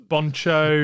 Boncho